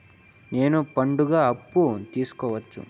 నేను పండుగ అప్పు తీసుకోవచ్చా?